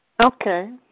Okay